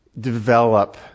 develop